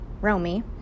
Romy